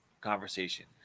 conversation